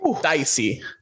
dicey